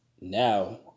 now